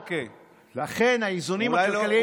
אז מה בסמכות מדינת ישראל?